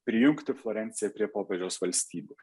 prijungti florenciją prie popiežiaus valstybių